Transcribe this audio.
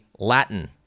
Latin